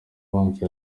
banki